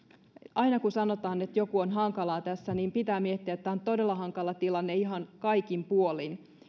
aina kun sanotaan että joku on hankalaa niin pitää miettiä että tämä on todella hankala tilanne ihan kaikin puolin